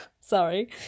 Sorry